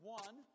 one